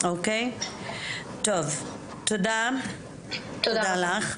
תודה לך.